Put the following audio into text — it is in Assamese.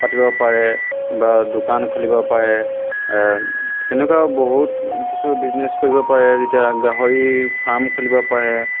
পাতিব পাৰে বা দোকান খুলিব পাৰে তেনেকুৱা বহুত কিছু বিজনেছ কৰিব পাৰে যেতিয়া গাহৰি ফাৰ্ম খুলিব পাৰে